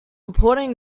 important